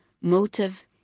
motive